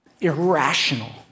Irrational